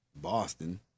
Boston